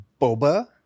Boba